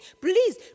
Please